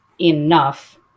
enough